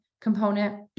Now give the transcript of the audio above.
component